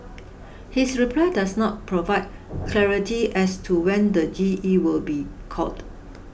his reply does not provide clarity as to when the G E will be called